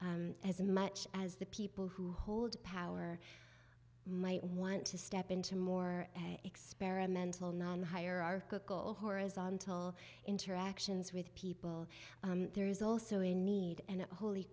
as much as the people who hold power might want to step into more experimental nonhierarchical horizontal interactions with people there is also a need and holy